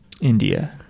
India